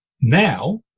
now